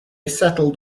settled